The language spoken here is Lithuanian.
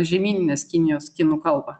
žemyninės kinijos kinų kalbą